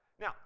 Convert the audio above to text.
now